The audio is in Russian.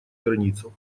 границу